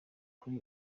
kuri